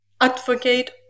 advocate